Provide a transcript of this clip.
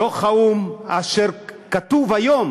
דוח האו"ם, אשר כתוב היום